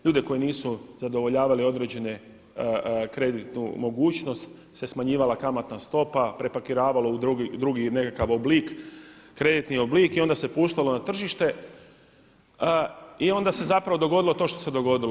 Ljude koji nisu zadovoljavali određene kreditnu mogućnost se smanjivala kamatna stopa, prepakiravalo u drugi nekakav oblik, kreditni oblik i onda se puštalo na tržište i onda se zapravo dogodilo to što se dogodilo.